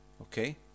okay